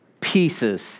pieces